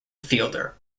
fielder